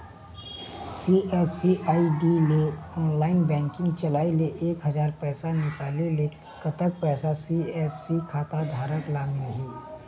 CSC ID ले online banking चलाए ले एक हजार पैसा निकाले ले कतक पैसा सी.एस.सी खाता धारक ला मिलही?